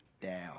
down